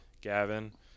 Gavin